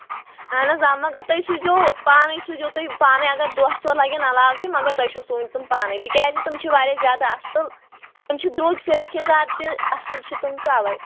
اَہن حظ آ مگر تُہۍ سوٗزیو پانے سوٗزیو تُہۍ پانَے اگر دۄہ ژور لَگن علاوٕ تہِ مگر تۄہہِ چھُو سُوٕنۍ تِم پانَے تِکیٛازِ تِم چھِ واریاہ زیادٕ اَصٕل تِم چھِ درٛوٚگۍ فِراق یزار تہِ اَصٕل چھِ تِم تَوے